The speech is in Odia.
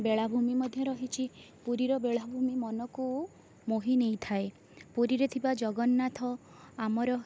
ବେଳାଭୂମି ମଧ୍ୟ ରହିଛି ପୁରୀ ର ବେଳଭୂମି ମନକୁ ମୋହି ନେଇଥାଏ ପୁରୀରେ ଥିବା ଜଗନ୍ନାଥ ଆମର